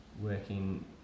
working